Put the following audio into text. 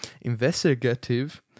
Investigative